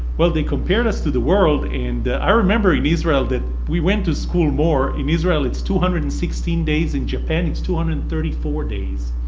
well they compared us to the world and i remember in israel that we went to school more. in israel it's two hundred and sixteen days. in japan it's two hundred and thirty four days.